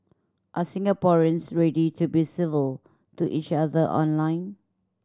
are Singaporeans ready to be civil to each other online